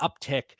uptick